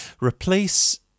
replace